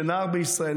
שנער בישראל,